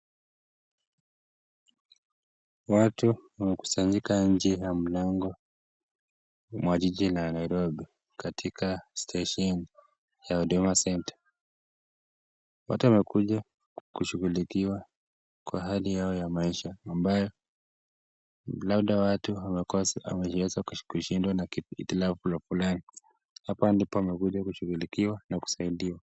Watu wamekusanyika nje ya mlango mwa jiji la Nairobi katika stesheni ya Huduma Centre. Watu wamekuja kushughulikiwa kwa hali yao ya maisha ambayo labda watu wamekosa wameweza ama kushindwa na hitilafu la kuleta hapa ndipo wamekuja kishughulikiwa na kusaidiwa.